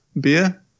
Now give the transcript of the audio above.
beer